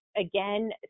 again